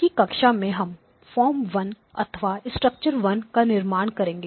आज की कक्षा में हम फार्म वन अथवा स्ट्रक्चर वन का निर्माण करेंगे